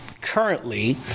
currently